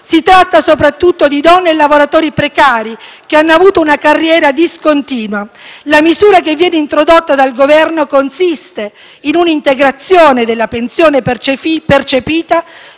Si tratta soprattutto di donne e lavoratori precari che hanno avuto una carriera discontinua. La misura che viene introdotta dal Governo consiste in un'integrazione della pensione percepita,